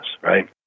right